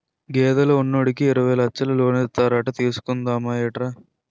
గేదెలు ఉన్నోడికి యిరవై లచ్చలు లోనిస్తారట తీసుకుందా మేట్రా